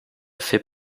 fait